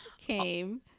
came